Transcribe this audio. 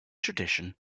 tradition